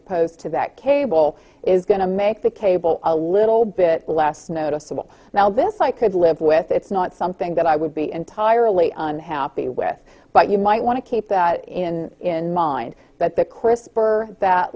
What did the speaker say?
opposed to that cable is going to make the cable a little bit less noticeable now this i could live with it's not something that i would be entirely on happy with but you might want to keep that in in mind that the crisper that